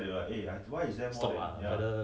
measures lah